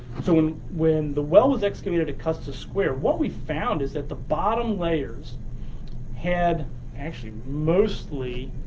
so when when the well was excavated at custis square, what we found is that the bottom layers had actually mostly.